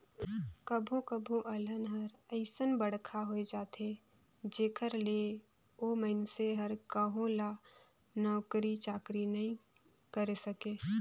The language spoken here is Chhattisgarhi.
कभो कभो अलहन हर अइसन बड़खा होए जाथे जेखर ले ओ मइनसे हर कहो ल नउकरी चाकरी नइ करे सके